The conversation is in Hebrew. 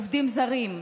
עובדים זרים.